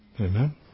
Amen